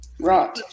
right